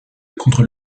contre